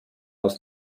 aus